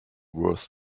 worth